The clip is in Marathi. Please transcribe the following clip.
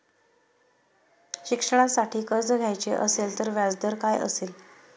शिक्षणासाठी कर्ज घ्यायचे असेल तर व्याजदर काय असेल?